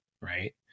Right